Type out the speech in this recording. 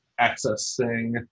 accessing